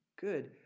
good